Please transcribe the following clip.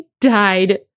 died